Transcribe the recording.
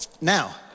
now